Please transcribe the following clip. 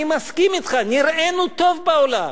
אני מסכים אתך, נראינו טוב בעולם.